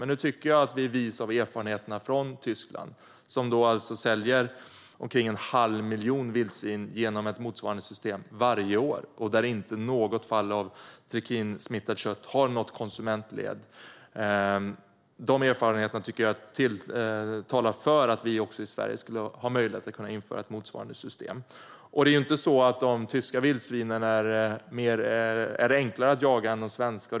Men nu finns det erfarenheter från Tyskland där det alltså säljs omkring en halv miljon vildsvin genom ett motsvarande system varje år. Och där har inget trikinsmittat kött nått konsumentled. Jag tycker att de erfarenheterna talar för att också vi i Sverige skulle kunna införa ett motsvarande system. Det är inte så att det är enklare att jaga de tyska vildsvinen än de svenska.